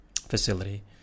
facility